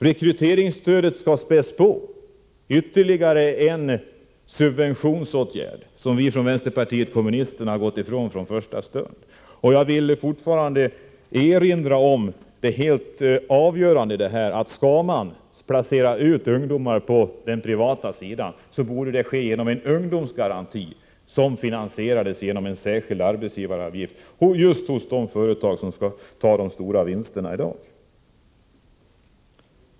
Rekryteringsstödet skall späs på — ytterligare en subventionsåtgärd, som vi från vpk gått emot från första stund. Jag vill erinra om att det är helt avgörande att man, om man skall placera ut ungdomar inom den privata sektorn, gör detta genom en ungdomsgaranti som finansieras med en särskild arbetsgivaravgift just för de företag som tar hem de stora vinsterna i dag.